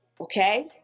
okay